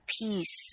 peace